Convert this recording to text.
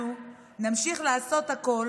אנחנו נמשיך לעשות הכול